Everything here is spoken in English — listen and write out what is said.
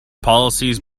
policies